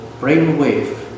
brainwave